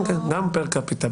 כן, גם פר קפיטה.